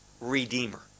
Redeemer